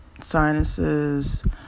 Sinuses